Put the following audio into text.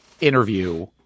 interview